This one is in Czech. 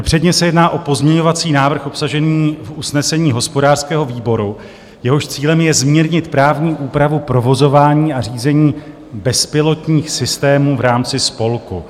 Předně se jedná o pozměňovací návrh obsažený v usnesení hospodářského výboru, jehož cílem je zmírnit právní úpravu provozování a řízení bezpilotních systémů v rámci spolku.